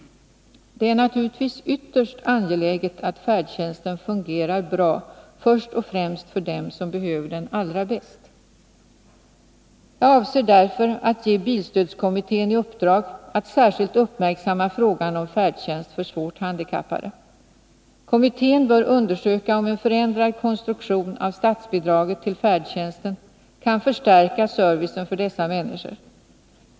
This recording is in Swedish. Det är naturligtvis ytterst angeläget att färdtjänsten fungerar bra först och främst för dem som behöver den allra bäst. Jag avser därför att ge bilstödskommittén i uppdrag att särskilt uppmärksamma frågan om färdtjänst för svårt handikappade. Kommittén bör undersöka om en förändrad konstruktion av statsbidraget till färdtjänsten kan förstärka servicen för dessa människor.